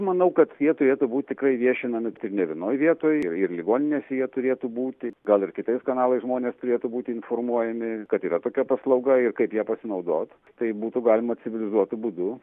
manau kad jie turėtų būt tikrai viešinami ir ne vienoj vietoj ir ir ligoninėse jie turėtų būti gal ir kitais kanalais žmonės turėtų būti informuojami kad yra tokia paslauga ir kaip ja pasinaudot taip būtų galima civilizuotu būdu